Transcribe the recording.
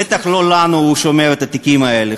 בטח לא לנו הוא שומר את התיקים האלה.